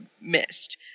missed